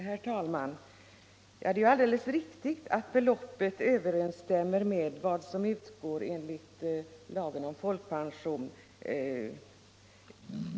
Herr talman! Det är ju alldeles riktigt att beloppet överensstämmer med vad som utgår enligt lagen om allmän folkpensionering.